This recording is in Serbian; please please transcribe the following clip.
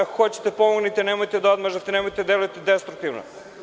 Ako hoćete pomognite, nemojte da odmažete, nemojte da delujete destruktivno.